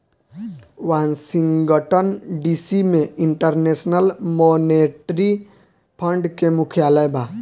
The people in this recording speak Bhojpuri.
वॉशिंगटन डी.सी में इंटरनेशनल मॉनेटरी फंड के मुख्यालय बा